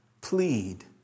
plead